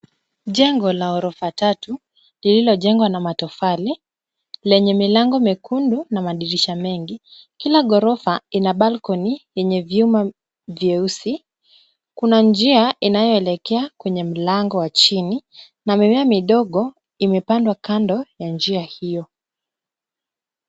Jengo la ghorofa tatu lililojengwa na matofali, lenye milango miekundu na madirisha mengi. Kila ghorofa ina balcony yenye vyuma vyeusi. Kuna njia inayoelekea kwenye mlango wa chini na mimea midogo imepandwa kando ya njia hiyo.